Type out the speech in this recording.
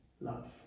love